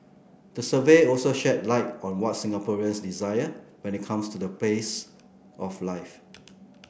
the survey also shed light on what Singaporeans desire when it comes to the pace of life